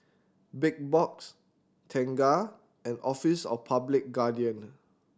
Big Box Tengah and Office of Public Guardian